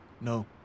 No